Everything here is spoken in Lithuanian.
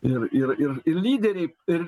ir ir ir ir lyderiai ir